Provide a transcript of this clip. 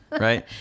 right